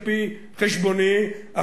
על-פי חשבוני,